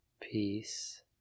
peace